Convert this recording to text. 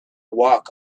walk